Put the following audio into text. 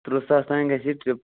تٕرٛہ ساس تانۍ گژھِ یہِ ٹرٛپ